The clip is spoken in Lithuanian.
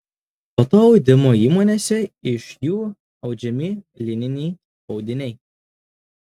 po to audimo įmonėse iš jų audžiami lininiai audiniai